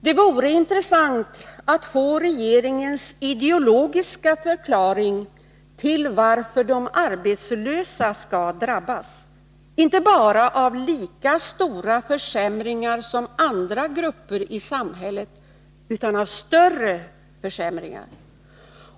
Det vore intressant att få regeringens ideologiska förklaring till att de arbetslösa skall drabbas, inte bara av lika stora försämringar som andra grupper i samhället utan av större försämringar.